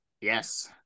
Yes